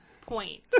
point